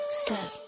step